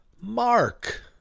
Mark